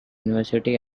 university